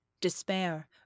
despair